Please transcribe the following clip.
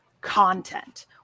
content